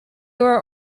were